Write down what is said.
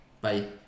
Bye